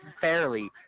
fairly